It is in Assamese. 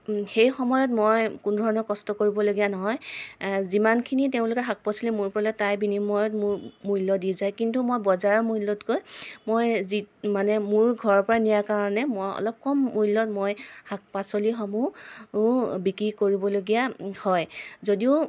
সেই সময়ত মই কোনোধৰণৰ কষ্ট কৰিবলগীয়া নহয় যিমানখিনি তেওঁলোকে শাক পাচলি মোৰ পৰা লয় তাৰ বিনিময়ত মোৰ মূল্য দি যায় কিন্তু মই বজাৰৰ মূল্যতকৈ মই মানে মোৰ ঘৰৰ পৰা নিয়াৰ কাৰণে মই অলপ কম মূল্যত মই শাক পাচলিসমূহ বিক্ৰী কৰিবলগীয়া হয় যদিও